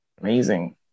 Amazing